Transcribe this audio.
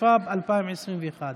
התשפ"ב 2021,